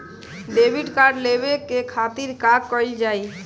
Debit card लेवे के खातिर का कइल जाइ?